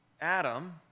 Adam